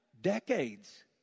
decades